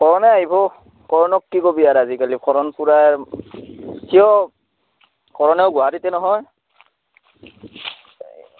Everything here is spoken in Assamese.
কৰণো আহিব কৰণক কি ক'বি আৰ আজিকালি কৰণ পূৰা কিয় কৰণেও গুৱাহাটিতে নহয়